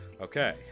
Okay